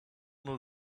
know